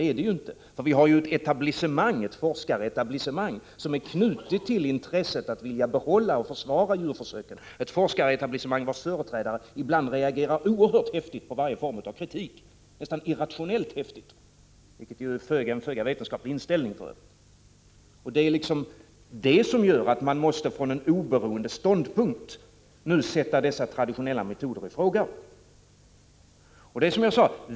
Vi har ett forskaretablissemang som är knutet till intresset att behålla och försvara djurförsöken, ett forskaretablissemang vars företrädare ibland reagerar oerhört häftigt på varje form av kritik, nästan irrationellt häftigt, vilket för övrigt är en föga vetenskaplig inställning. Det är det som gör att man nu från en oberoende ståndpunkt måste sätta de traditionella metoderna ifråga.